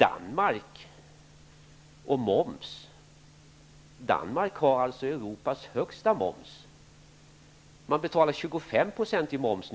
Danmark har Europas högsta moms. Där betalar man numera 25 % moms.